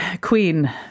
queen